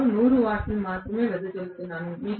అందులో నేను 100 వాట్స్ మాత్రమే వెదజల్లుతున్నాను